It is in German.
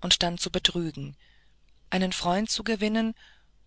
und dann zu betrügen einen freund zu gewinnen